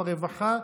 ברווחה.